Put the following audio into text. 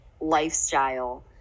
lifestyle